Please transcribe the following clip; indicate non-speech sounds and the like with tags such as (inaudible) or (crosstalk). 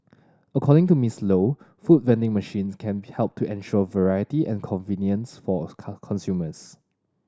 according to Miss Low food vending machines can help to ensure variety and convenience for (unintelligible) consumers